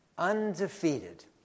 Undefeated